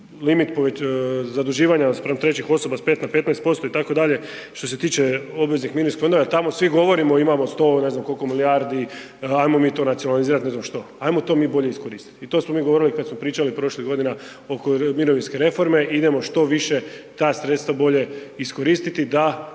limit zaduživanja spram trećih osoba sa 5 na 15% itd. što se tiče obveznih … jer tamo svi govorimo imamo 100 ne znam koliko milijardi ajmo mi to nacionalizirati, ne znam što. Ajmo to mi bolje iskoristiti i to smo mi govorili kada smo pričali prošlih godina oko mirovinske reforme idemo što više ta sredstva bolje iskoristiti da